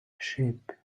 sheep